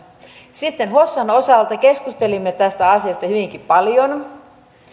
sitten hossan osalta keskustelimme tästä asiasta hyvinkin paljon